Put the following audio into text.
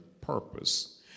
purpose